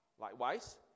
Likewise